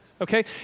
Okay